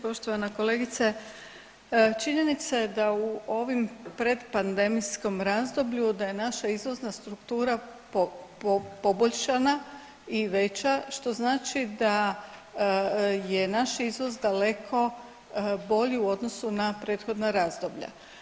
Poštovana kolegice, činjenica je da u ovom predpandemijskom razdoblju da je naša izvozna struktura poboljšana i veća što znači da je naš izvoz daleko bolji u odnosu na prethodna razdoblja.